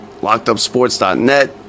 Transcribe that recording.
LockedUpSports.net